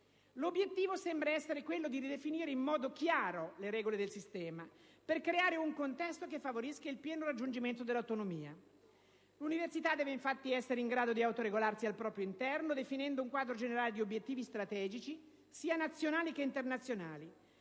L'obiettivo sembra essere quello di ridefinire in modo chiaro le regole del sistema, per creare un contesto che favorisca il pieno raggiungimento dell'autonomia. L'università deve infatti essere in grado di autoregolarsi al proprio interno, definendo un quadro generale di obiettivi strategici nazionali ed internazionali,